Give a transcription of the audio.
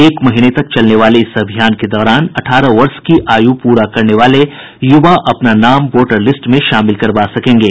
एक महीने तक चलने वाले इस अभियान के दौरान अठारह वर्ष की आयु पूरा करने वाले युवा अपना नाम वोटर लिस्ट में शामिल करवा सकेंगे